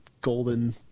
golden